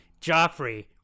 Joffrey